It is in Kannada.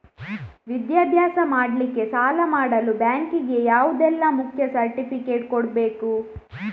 ವಿದ್ಯಾಭ್ಯಾಸ ಮಾಡ್ಲಿಕ್ಕೆ ಸಾಲ ಮಾಡಲು ಬ್ಯಾಂಕ್ ಗೆ ಯಾವುದೆಲ್ಲ ಮುಖ್ಯ ಸರ್ಟಿಫಿಕೇಟ್ ಕೊಡ್ಬೇಕು?